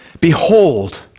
Behold